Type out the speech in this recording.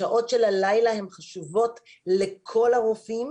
השעות של הלילה הן חשובות לכל הרופאים